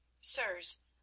Sirs